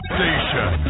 Station